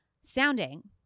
sounding